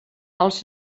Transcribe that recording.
els